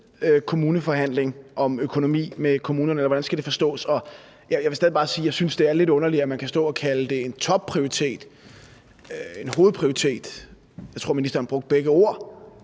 næste forhandling om økonomi med kommunerne, eller hvordan skal det forstås? Jeg vil stadig bare sige, at jeg synes, det er lidt underligt, at man kan stå og kalde det en topprioritet, en hovedprioritet – jeg tror, ministeren brugte begge ord